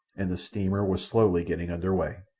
and the steamer was slowly getting under way.